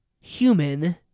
human